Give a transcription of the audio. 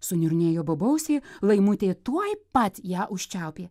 suniurnėjo bobausė laimutė tuoj pat ją užčiaupė